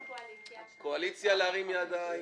קואליציה, להרים ידיים.